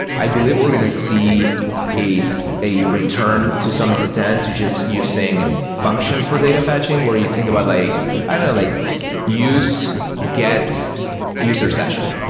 i believe we're going to see a see a return to some extent to just using functions for data fetching where you think about like i don't know, like use get user session,